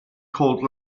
called